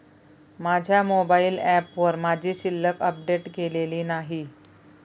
माझ्या मोबाइल ऍपवर माझी शिल्लक अपडेट केलेली नाही